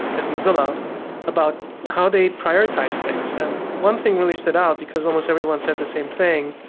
at mozilla about how they prioritize things. and one thing really stood out, because almost everyone said the same thing.